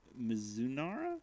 Mizunara